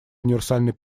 универсальной